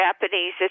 Japanese